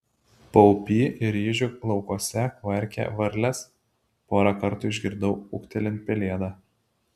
paupy ir ryžių laukuose kvarkė varlės porą kartų išgirdau ūktelint pelėdą